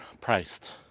priced